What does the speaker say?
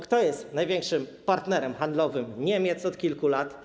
Kto jest największym partnerem handlowym Niemiec od kilku lat?